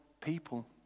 people